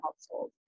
household